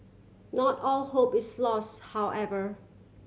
not all hope is lost however